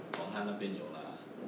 orh 她那边有 lah